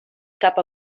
cap